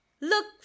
Look